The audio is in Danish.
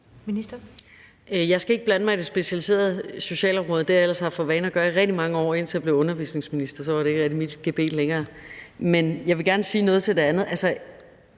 Jeg skal ikke blande mig i det specialiserede socialområde – det har jeg ellers haft for vane at gøre i rigtig mange år, indtil jeg blev undervisningsminister, for så var det ikke rigtig mit gebet længere. Men jeg vil gerne sige noget til det andet.